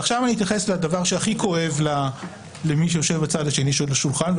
ועכשיו אני אתייחס לדבר שהכי כואב למי שיושב בצד השני של השולחן,